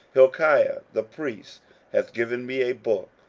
hilkiah the priest hath given me a book.